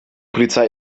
polizei